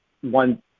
one